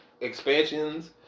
expansions